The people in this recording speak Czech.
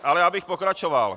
Ale abych pokračoval.